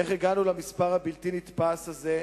איך הגענו למספר הבלתי נתפס הזה,